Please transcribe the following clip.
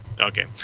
Okay